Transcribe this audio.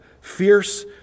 Fierce